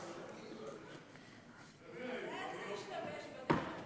אז איך זה השתבש בדרך?